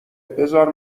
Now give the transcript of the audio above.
بزار